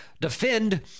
defend